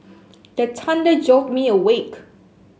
the thunder jolt me awake